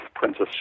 Princess